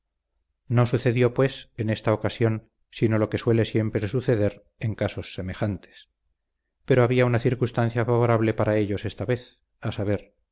no sucedió pues en esta ocasión sino lo que suele siempre suceder en casos semejantes pero había una circunstancia favorable para ellos esta vez a saber